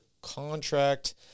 contract